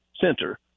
center